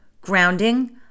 grounding